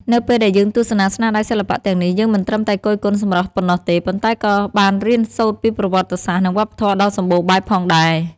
នៅពេលដែលយើងទស្សនាស្នាដៃសិល្បៈទាំងនេះ យើងមិនត្រឹមតែគយគន់សម្រស់ប៉ុណ្ណោះទេ ប៉ុន្តែក៏បានរៀនសូត្រពីប្រវត្តិសាស្ត្រ និងវប្បធម៌ដ៏សម្បូរបែបផងដែរ។